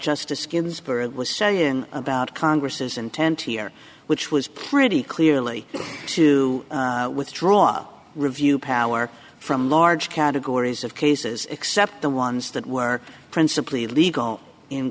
justice ginsburg was so you can about congress's intent here which was pretty clearly to withdraw review power from large categories of cases except the ones that were principally legal in